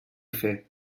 fer